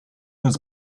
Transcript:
was